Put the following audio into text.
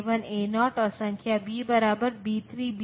decimal number system में ये मान 11 8 प्लस 2 प्लस 1 है